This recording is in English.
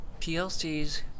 PLCs